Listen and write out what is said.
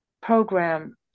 Program